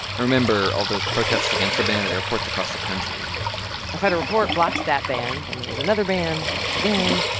remember all those protests against the ban at airports across the country a federal court blocked that ban. then there was another ban blocked again.